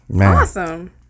Awesome